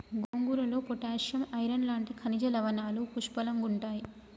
గోంగూరలో potassium, iron లాంటి ఖనిజ లవణాలు పుష్కలంగుంటాయి